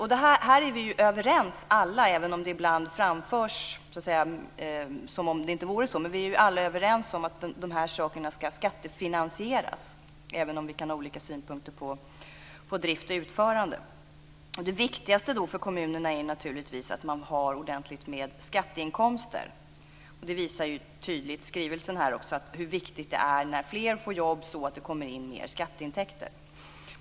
Här är vi alla överens, även om det ibland framförs som om det inte vore så, om att alla de här tjänsterna ska skattefinansieras, även om vi kan ha olika synpunkter på drift och utförande. Det viktigaste för kommunerna är naturligtvis att ha ordentligt med skatteinkomster. Det visar tydligt skrivelsen också hur viktigt det är att fler får jobb så att det kommer in mer skatteintäkter.